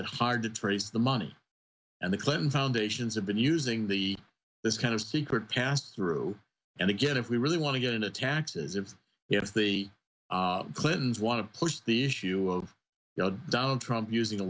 it hard to trace the money and the clinton foundations have been using the this kind of secret pass through and again if we really want to get into taxes if it's the clintons want to push the issue of donald trump using a